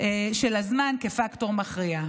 של הזמן כפקטור מכריע.